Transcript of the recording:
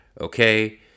okay